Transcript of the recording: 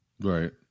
Right